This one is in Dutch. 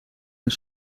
een